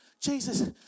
Jesus